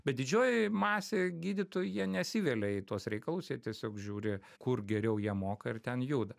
bet didžioji masė gydytojų jie nesivelia į tuos reikalus ir tiesiog žiūri kur geriau jiem moka ir ten juda